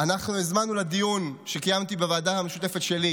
אנחנו הזמנו לדיון שקיימתי בוועדה המשותפת שלי,